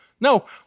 No